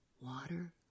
water